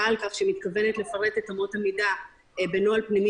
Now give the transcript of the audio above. שבשלה סבר מנכ"ל משרד הבריאות,